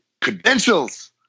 credentials